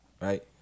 Right